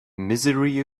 misery